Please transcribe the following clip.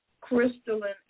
crystalline